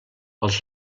els